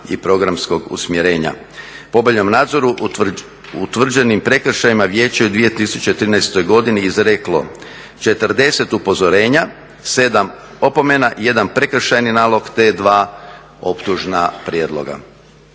i programskog usmjerenja. Po obavljenom nadzoru, utvrđenim prekršajima vijeće je u 2013. godini izreklo 40 upozorenja, 7 opomena, 1 prekršajni nalog te 2 optužna prijedloga.